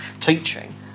teaching